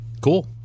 Cool